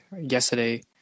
yesterday